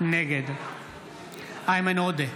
נגד איימן עודה,